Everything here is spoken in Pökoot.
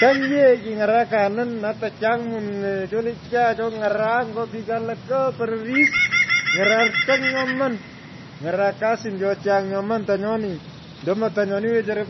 Tany yee. kiny’arakanin. ata chang mununy’o chole chicha cho kiny’arak. nyo piko alaka pororis. ng’arak tany nyoman. ng’araka kasin cho chang nyoman tany. Ndomo tanyoni wechara.